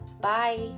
bye